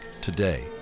today